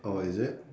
orh is it